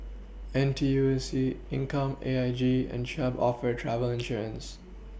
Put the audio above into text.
N T U C income A I G and CHubb offer travel insurance